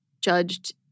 judged